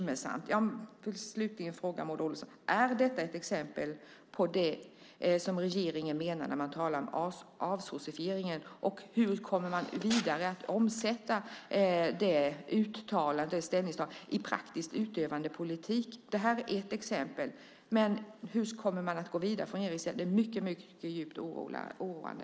Men till sist, Maud Olofsson: Är detta ett exempel på vad regeringen menar när man talar om avsossifiering, och hur kommer man vidare att omsätta det uttrycket i praktisk politik? Det här är ett exempel men hur kommer man att gå vidare från regeringens sida? Detta är mycket djupt oroande.